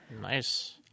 nice